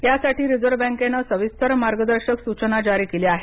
यासाठी रिझर्व बँकेनं सविस्तर मार्गदर्शक सूचना जारी केल्या आहेत